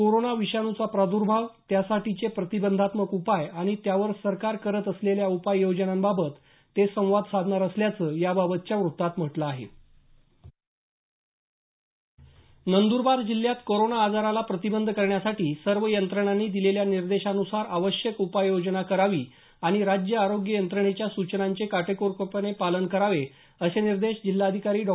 corona विषाणूचा प्राद्र्भाव त्यासाठीचे प्रतिबंधात्मक उपाय आणि त्यावर सरकार करत असलेल्या उपाययोजनांबाबत ते संवाद साधणार असल्याचं याबाबतच्या वृत्तात म्हटलं आहे नंद्रबार जिल्हात करोना आजाराला प्रतिबंध करण्यासाठी सर्व यंत्रणांनी दिलेल्या निर्देशानुसार आवश्यक उपाययोजना करावी आणि राज्य आरोग्य यंत्रणेच्या सूचनांचे काटेकोरपणे पालन करावे असे निर्देश जिल्हाधिकारी डॉ